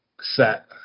set